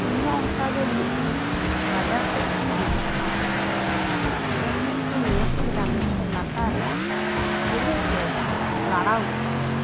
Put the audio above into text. ᱤᱧ ᱦᱚᱸ ᱚᱱᱠᱟ ᱜᱮ ᱢᱤᱫ ᱫᱤᱱ ᱵᱟᱡᱟᱨ ᱥᱮᱫ ᱠᱷᱚᱱ ᱤᱧ ᱦᱟᱹᱡᱩᱜ ᱠᱟᱱ ᱛᱟᱦᱮᱱ ᱦᱮᱡ ᱦᱮᱡ ᱛᱤᱧ ᱧᱮᱞ ᱠᱮᱫᱟ ᱢᱤᱫᱴᱟᱝ ᱞᱟᱛᱟᱨ ᱨᱮ ᱪᱤᱞᱤ ᱪᱚᱭ ᱞᱟᱲᱟᱣ ᱜᱚᱫ ᱠᱮᱫᱟ